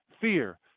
fear